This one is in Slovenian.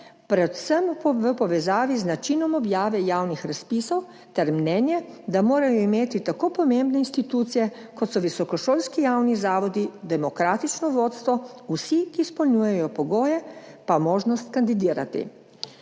predvsem v povezavi z načinom objave javnih razpisov, ter mnenje, da morajo imeti tako pomembne institucije, kot so visokošolski javni zavodi, demokratično vodstvo, vsi, ki izpolnjujejo pogoje, pa možnost kandidirati.